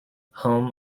home